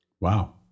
Wow